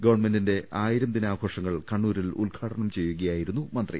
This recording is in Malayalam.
ഗവൺമെന്റിന്റെ ആയിരം ദിനാഘോഷങ്ങൾ കണ്ണൂരിൽ ഉദ്ഘാടനം ചെയ്യുകയായിരുന്നു മന്ത്രി